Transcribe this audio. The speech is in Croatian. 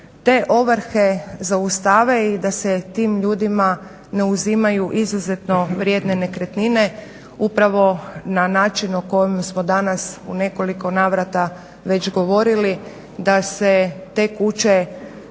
te ovrhe zaustave i da se tim ljudima ne uzimaju izuzetno vrijedne nekretnine upravo na način o kom smo danas u nekoliko navrata već govorili, da se tek kuće